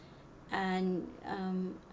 and um